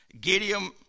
Gideon